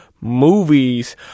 movies